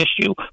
issue